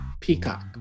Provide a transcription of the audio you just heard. Peacock